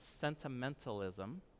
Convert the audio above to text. sentimentalism